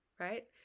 right